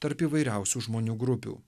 tarp įvairiausių žmonių grupių